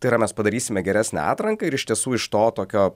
tai yra mes padarysime geresnę atranką ir iš tiesų iš to tokio